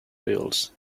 wheels